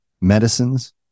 medicines